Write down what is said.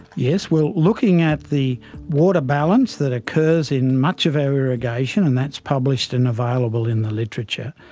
yes well, looking at the water balance that occurs in much of our irrigation, and that's published and available in the literature,